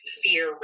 fear